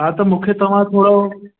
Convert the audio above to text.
हा त मूंखे तव्हां थोरो